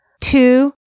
Two